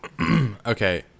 Okay